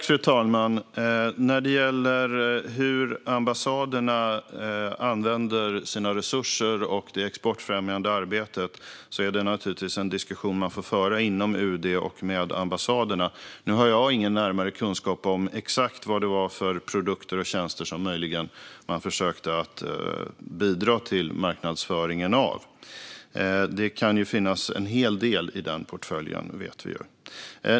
Fru talman! När det gäller hur ambassaderna använder sina resurser och det exportfrämjande arbetet är det en diskussion som får föras inom UD och med ambassaderna. Jag har ingen närmare kunskap om exakt vad det var för produkter och tjänster som man möjligen försökte bidra till marknadsföringen av. Det kan finnas en hel del i den portföljen, vet vi ju.